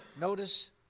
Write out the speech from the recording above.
Notice